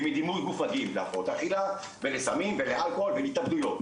כי מדימוי גוף מגיעים להפרעות אכילה ולסמים ולאלכוהול ולהתאבדויות,